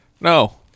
no